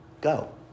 go